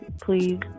please